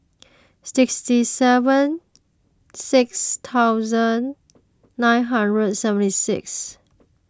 sixty even six thousand nine hundred seventy six